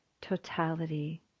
totality